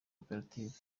koperative